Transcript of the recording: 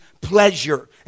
pleasure